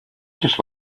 just